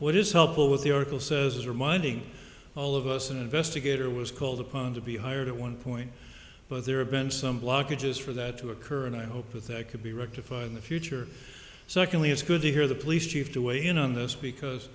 what is helpful with the oracle says is reminding all of us an investigator was called upon to be hired at one point but there have been some blockages for that to occur and i hope that that could be rectified in the future secondly it's good to hear the police chief to weigh in on this because